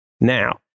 Now